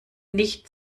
nicht